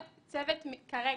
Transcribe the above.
כרגע.